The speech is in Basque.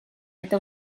eta